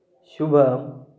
Shubham